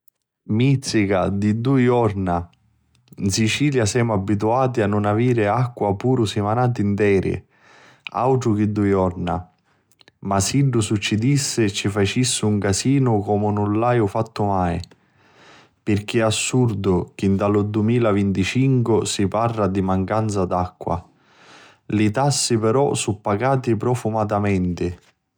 Mizzica di dui jiorna! 'N Sicilia semu abituati a nun aviri acqua puru simanati nteri, autru chi dui jorna. Ma siddu succidissi ci facissi un casinu comu nun l'ahiu fattu mai, pirchì è assurdu chi nta lu dumilavinticincu si parra di mancanza d'acqua. Li tassi però su' pacati prufumatamenti.